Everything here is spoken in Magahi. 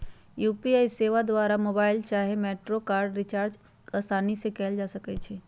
यू.पी.आई सेवा द्वारा मोबाइल चाहे मेट्रो कार्ड रिचार्ज असानी से कएल जा सकइ छइ